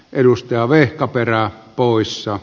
edustajaa vehkaperä hallitukselta